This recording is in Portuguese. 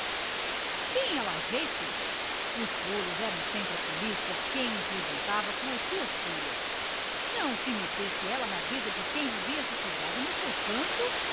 tinha lá jeito os rolos era sempre a polícia quem os levantava com as suas fúrias não se metesse ela na vida de quem vivia sossegado no seu canto